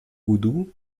goudou